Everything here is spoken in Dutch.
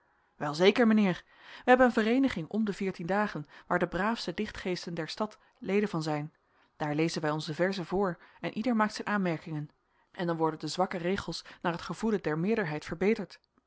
heerschte welzeker mijnheer wij hebben een vereeniging om de veertien dagen waar de braafste dichtgeesten der stad leden van zijn daar lezen wij onze verzen voor en ieder maakt zijn aanmerkingen en dan worden de zwakke regels naar het gevoelen der meerderheid verbeterd